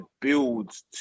builds